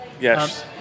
Yes